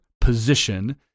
position